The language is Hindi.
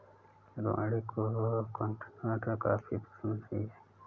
रोहिणी को कॉन्टिनेन्टल की कॉफी पसंद नहीं है